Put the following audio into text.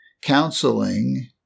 counseling